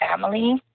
family